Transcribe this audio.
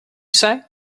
say